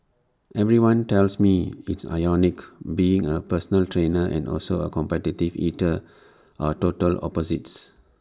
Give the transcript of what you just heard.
everyone tells me it's ironic being A personal trainer and also A competitive eater are total opposites